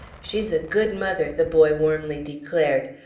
she's a good mother, the boy warmly declared.